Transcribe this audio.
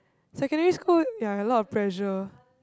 secondary school ya a lot of pressure